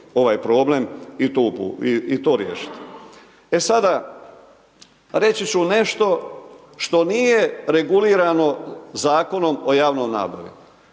ovaj problem i to riješiti. E sada reći ću nešto što nije regulirano Zakonom o javnoj nabavi,